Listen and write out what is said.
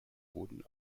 boden